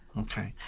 ok.